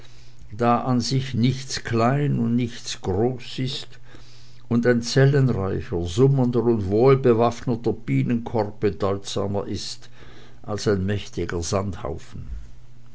da an sich nichts klein und nichts groß ist und ein zellenreicher summender und wohlbewaffneter bienenkorb bedeutsamer ist als ein mächtiger sandhaufen